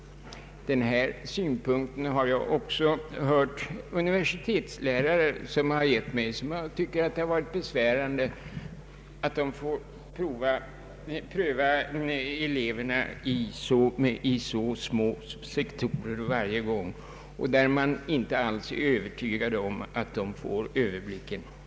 Dessa synpunkter har jag också hört från uiversitetslärare som tycker att det varit besvärande att pröva eleverna i så små sektorer varje gång och som inte alls är övertygade om att eleverna får den önskade överblicken över ämnet.